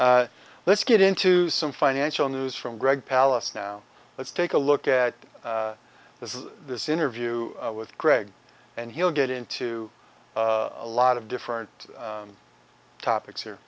let's get into some financial news from greg palace now let's take a look at this is this interview with greg and he'll get into a lot of different topics here